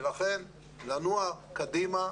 לכן לנוע קדימה.